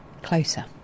closer